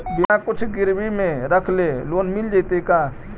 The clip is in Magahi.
बिना कुछ गिरवी मे रखले लोन मिल जैतै का?